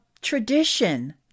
tradition